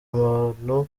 abantu